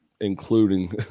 including